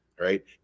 Right